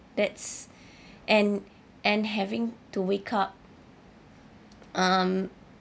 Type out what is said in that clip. that's and and having to wake up um